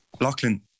Lachlan